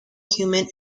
human